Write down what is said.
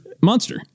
monster